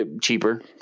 cheaper